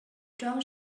don’t